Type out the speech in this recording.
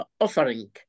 offering